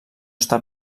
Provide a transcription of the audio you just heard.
està